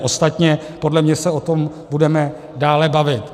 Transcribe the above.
Ostatně podle mě se o tom budeme dále bavit.